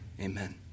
Amen